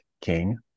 King